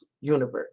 universe